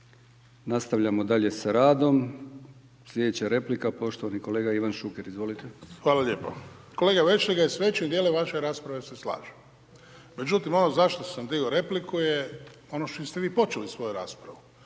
Nastavljamo dalje sa radom. Sljedeća replika poštovani kolega Ivan Šuker. Izvolite. **Šuker, Ivan (HDZ)** Hvala lijepo. Kolega Vešligaj, s većim dijelom vaše rasprave se slažem. Međutim, ono za što sam digao repliku je ono s čim ste vi počeli svoju raspravu.